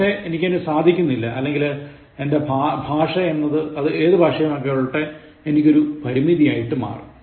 പക്ഷേ എനിക്കതിനു സാധിക്കുന്നില്ല എങ്കിൽ ഭാഷ എന്നത് - അത് ഏതു ഭാഷയുമായിക്കൊള്ളട്ടെ - എനിക്ക് ഒരു പരിമിതിയായി മാറും